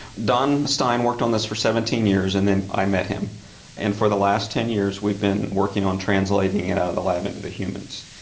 don stein worked on this for seventeen years and then i met him and for the last ten years we've been working on translating it out of the lab into the humans.